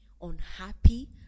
unhappy